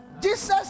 Jesus